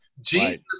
Jesus